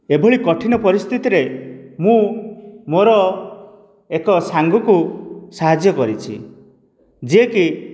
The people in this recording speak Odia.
ଏଭଳି କଠିନ ପରିସ୍ଥିତିରେ ମୁଁ ମୋର ଏକ ସାଙ୍ଗକୁ ସାହାଯ୍ୟ କରିଛି ଯିଏ କି